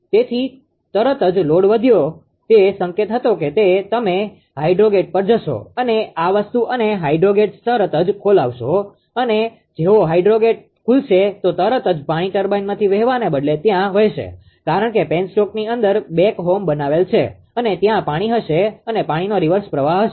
તેથી તરત જ લોડ ખુબ વધ્યો તે સંકેત હતો કે તમે તે હાઈડ્રો ગેટ પર જશો અને આ વસ્તુ અને હાઈડ્રો ગેટ્સ તરત જ ખોલશો અને જેવો હાઈડ્રો ગેટ ખુલશે તો તરત જ પાણી ટર્બાઇનમાંથી વહેવાને બદલે ત્યાંથી વહેશે કારણ કે પેનસ્ટોકની અંદર બેક હોમ બનાવેલ છે અને ત્યાં પાણી હશે અને પાણીનો રીવર્સ પ્રવાહ હશે